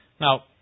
Now